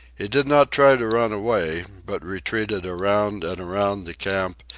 he did not try to run away, but retreated around and around the camp,